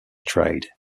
tried